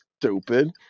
stupid